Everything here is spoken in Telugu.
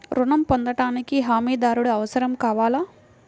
ఋణం పొందటానికి హమీదారుడు అవసరం కావాలా?